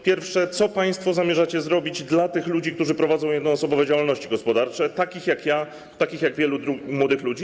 Pierwsze: Co państwo zamierzacie zrobić dla tych ludzi, którzy prowadzą jednoosobową działalność gospodarczą, takich jak ja, takich jak wielu młodych ludzi?